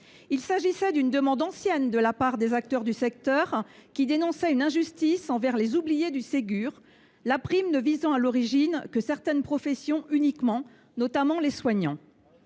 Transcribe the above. Il s’agissait d’une demande ancienne de la part des acteurs du secteur, qui dénonçaient une injustice envers les « oubliés du Ségur », la prime ne visant à l’origine que certaines professions uniquement, notamment les soignants.